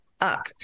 up